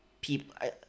people